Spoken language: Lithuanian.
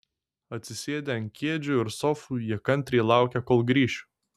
atsisėdę ant kėdžių ir sofų jie kantriai laukė kol grįšiu